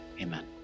amen